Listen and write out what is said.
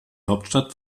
hauptstadt